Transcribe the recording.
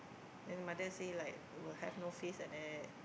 then the mother say like will have no face like that